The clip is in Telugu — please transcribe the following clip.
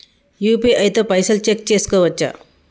యూ.పీ.ఐ తో పైసల్ చెక్ చేసుకోవచ్చా?